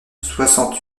soixante